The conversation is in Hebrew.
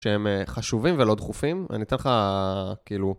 שהם חשובים ולא דחופים, אני אתן לך כאילו...